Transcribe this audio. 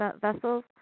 vessels